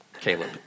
Caleb